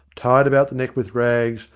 tied about the neck with rags,